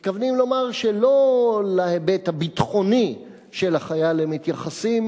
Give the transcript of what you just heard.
מתכוונים לומר שלא להיבט הביטחוני של החייל הם מתייחסים,